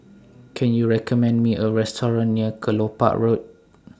Can YOU recommend Me A Restaurant near Kelopak Road